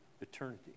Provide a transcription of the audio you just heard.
eternity